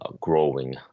growing